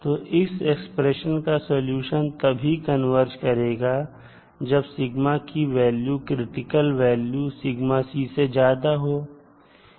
तो इस एक्सप्रेशन का सॉल्यूशन तभी कन्वर्ज करेगा जब की वैल्यू क्रिटिकल वैल्यू से ज्यादा हो